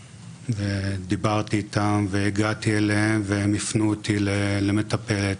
דיברתי איתם והגעתי אליהם, והם הפנו אותי למטפלת.